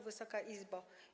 Wysoka Izbo!